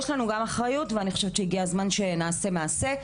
יש לנו גם אחריות והגיע הזמן שנעשה מעשה.